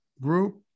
group